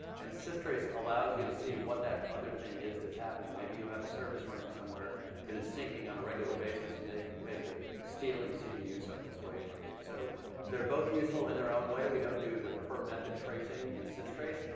and systrace allows you to see what that other thing is that's happening. maybe you have a service running somewhere that is syncing on a regular basis basis and, basically, stealing cpu cycles away from you. so they're both useful in their own way, we don't do the per-method tracing in systrace.